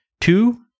Two